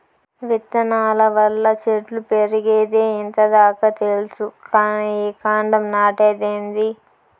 విత్తనాల వల్ల చెట్లు పెరిగేదే ఇంత దాకా తెల్సు కానీ ఈ కాండం నాటేదేందీ